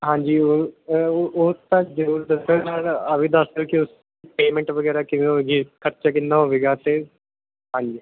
ਹਾਂਜੀ ਉਹ ਅ ਉਹ ਤਾਂ ਜ਼ਰੂਰ ਦੱਸਣ ਨਾਲ ਨਾਲ ਆਹ ਵੀ ਦੱਸ ਦਿਓ ਕਿ ਪੇਮੈਂਟ ਵਗੈਰਾ ਕਿਵੇਂ ਹੋਵੇਗੀ ਖਰਚਾ ਕਿੰਨਾ ਹੋਵੇਗਾ ਅਤੇ ਹਾਂਜੀ